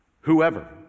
whoever